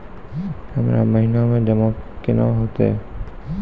हमरा महिना मे जमा केना हेतै?